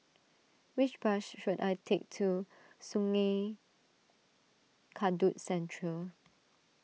which bus should I take to Sungei Kadut Central